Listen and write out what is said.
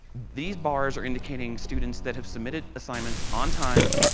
these bars are indicating students that have submitted assignments on time,